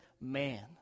man